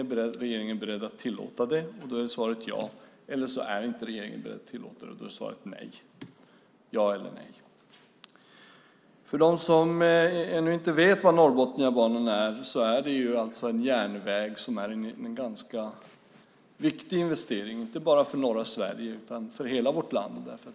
Antingen är regeringen beredd att tillåta det, och då är svaret ja, eller så är regeringen inte beredd att tillåta det, och då är svaret nej. Ja eller nej? För dem som ännu inte vet vad Norrbotniabanan är vill jag säga att det är en järnväg och en ganska viktig investering inte bara för norra Sverige utan för hela vårt land.